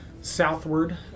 Southward